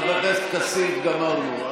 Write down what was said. חבר הכנסת כסיף, גמרנו.